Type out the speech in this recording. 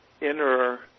inner